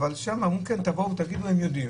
ואמרו להם: תגידו שם, הם יודעים.